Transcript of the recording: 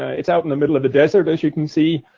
it's out in the middle of the desert, as you can see.